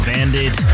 Bandit